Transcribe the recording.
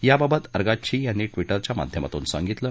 याबाबत अरगाच्छी यांनी टिवटरच्या माध्यमातून सांगितलं